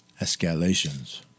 Escalations